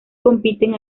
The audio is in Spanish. compiten